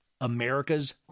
America's